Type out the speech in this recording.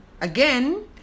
again